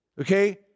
Okay